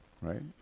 right